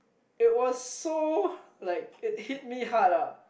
it was so like it hit me hard ah